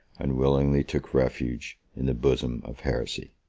unwillingly took refuge in the bosom of heresy.